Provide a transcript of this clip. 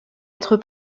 être